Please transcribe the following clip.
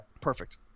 Perfect